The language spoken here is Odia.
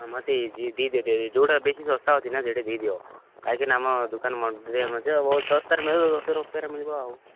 ମତେ ଦିଅ ଯୋଉଟା ବେଶୀ ଶସ୍ତା ଅଛି ନା ସେଇଟା ଦେଇ ଦିଅ କାହିଁକିନା ଆମ ଦୋକାନ ମଧ୍ୟ ବହୁତ ଶସ୍ତାରେ ମିଳିବ ମିଳିବ ଆଉ